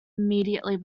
immediately